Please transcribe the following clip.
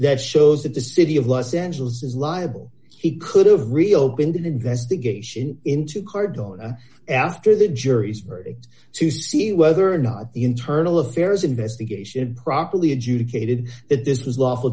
that shows that the city of los angeles is liable he could have reopened the investigation into cardona after the jury's verdict to see whether or not the internal affairs investigation properly adjudicated that this was lawful